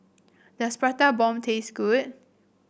does Prata Bomb taste good